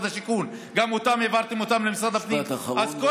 של אזורי השיקום לפי חוק בינוי ופינוי של אזורי